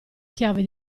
chiave